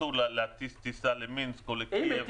וירצו להטיס טיסה למינסק או לקייב לטובת